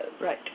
right